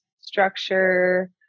structure